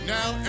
Now